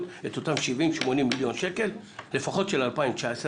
את אותם 80-70 מיליון שקל לפחות של 2019,